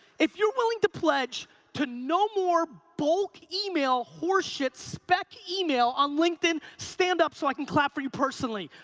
if you're willing to pledge to no more bulk email horse shit spec email on linkedin, stand up so i can clap for you personally.